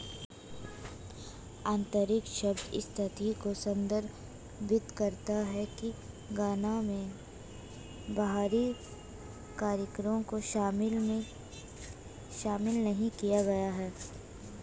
आंतरिक शब्द इस तथ्य को संदर्भित करता है कि गणना में बाहरी कारकों को शामिल नहीं किया गया है